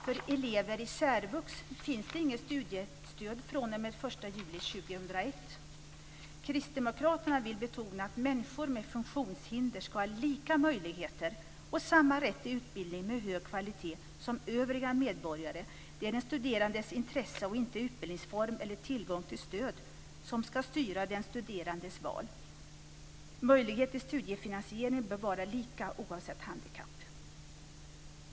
För elever i särvux finns det inget studiestöd från den 1 juli 2001. Kristdemokraterna vill betona att människor med funktionshinder ska ha lika möjligheter och samma rätt till utbildning med hög kvalitet som övriga medborgare. Det är den studerandes intresse och inte utbildningsform eller tillgång till stöd som ska styra den studerandes val. Möjligheterna till studiefinansiering bör vara lika oavsett handikapp.